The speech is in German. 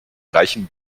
reichen